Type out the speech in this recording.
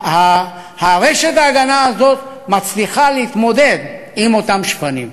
רשת ההגנה הזאת מצליחה להתמודד עם אותם שפנים.